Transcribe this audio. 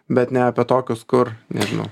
bet ne apie tokius kur nežinau